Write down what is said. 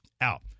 Out